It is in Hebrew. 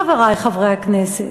חברי חברי הכנסת.